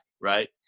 Right